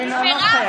אינו נוכח